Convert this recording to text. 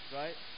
right